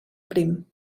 prim